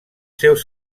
seus